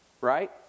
right